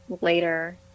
later